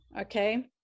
okay